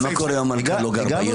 ומה קורה אם המנכ"ל לא גר בעיר?